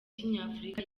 kinyafurika